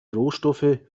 rohstoffe